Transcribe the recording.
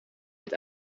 werd